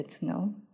no